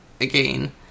again